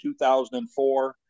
2004